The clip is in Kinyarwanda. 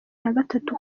nagatatu